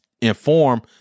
inform